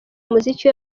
umuziki